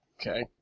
Okay